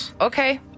Okay